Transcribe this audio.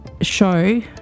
show